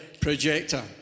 projector